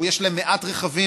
או יש להן מעט רכבים.